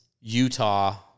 Utah